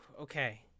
Okay